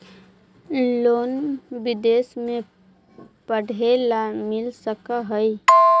Loan विदेश में पढ़ेला मिल सक हइ?